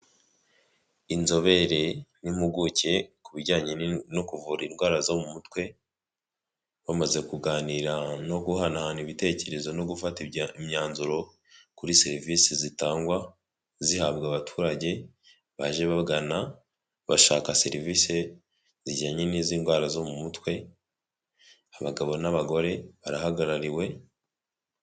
Inzobere n'impuguke ku bijyanye no kuvura indwara zo mu mutwe bamaze kuganira no guhanahana ibitekerezo no gufatara imyanzuro kuri serivisi zitangwa zihabwa abaturage baje bagana bashaka serivisi zijyanye n'izi ndwara zo mu mutwe abagabo n'abagore barahagarariwe.